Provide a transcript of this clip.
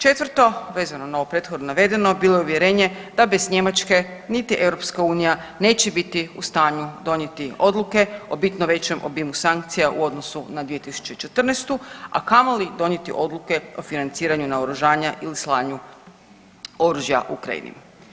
Četvrto vezano na ovo prethodno navedeno bilo je uvjerenje da bez Njemačke niti EU neće biti u stanju donijeti odluke o bitno većem obimu sankcija u odnosu na 2014. a kamoli donijeti odluke o financiranju naoružanja ili slanja oružja Ukrajini.